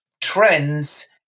trends